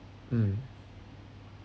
mm